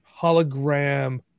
hologram